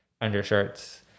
undershirts